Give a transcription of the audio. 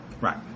Right